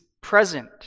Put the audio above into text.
present